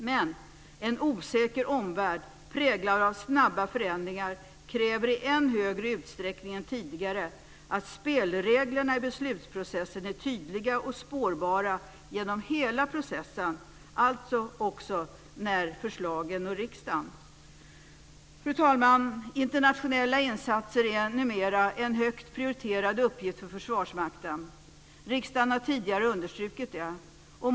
Men en osäker omvärld, präglad av snabba förändringar, kräver i än större utsträckning än tidigare att spelreglerna i beslutsprocessen är tydliga och spårbara genom hela processen - alltså också när förslagen når riksdagen. Fru talman! Internationella insatser är numera en högt prioriterad uppgift för Försvarsmakten. Riksdagen har tidigare understrukit det.